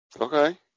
Okay